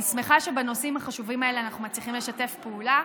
אני שמחה שבנושאים החשובים האלה אנחנו מצליחים לשתף פעולה,